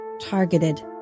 Targeted